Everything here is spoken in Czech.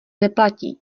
neplatí